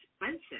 expensive